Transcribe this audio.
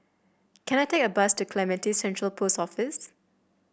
can I take a bus to Clementi Central Post Office